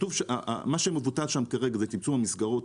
מה שמבוטל שם כרגע זה צמצום המסגרות,